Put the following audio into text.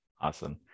Awesome